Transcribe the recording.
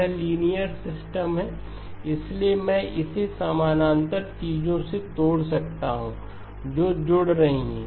यह linear system है इसलिए मैं इसे 3 समानांतर चीजों में तोड़ सकता हूं जो जुड़ रही हैं